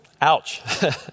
Ouch